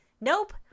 Nope